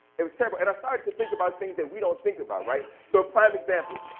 it was terrible. and i started to think about things that we don't think about, right? so a prime example,